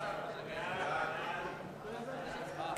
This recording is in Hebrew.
ההצעה להעביר את הצעת חוק